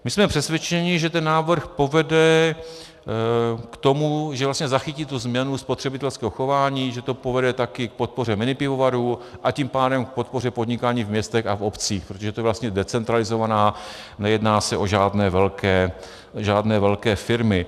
My jsme přesvědčeni, že ten návrh povede k tomu, že vlastně zachytí tu změnu spotřebitelského chování, že to povede taky k podpoře minipivovarů, a tím pádem k podpoře podnikání v městech a v obcích, protože je to vlastně decentralizovaná, nejedná se o žádné velké firmy.